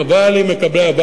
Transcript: חבל עם מקבלי הוואוצ'רים.